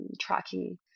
tracking